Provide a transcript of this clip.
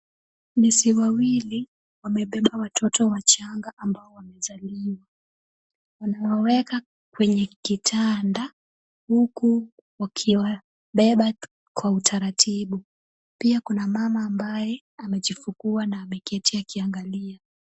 Nesi wawili wamebeba watoto wachanga ambao wamezaliwa. Wanawaweka kwenye kitanda, huku wakiwabeba kwa utaratibu. Pia kuna mama ambaye amejifungua na ameketi akiangalia.